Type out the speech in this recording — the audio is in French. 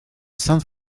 sainte